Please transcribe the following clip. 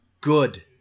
good